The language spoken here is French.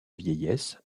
vieillesse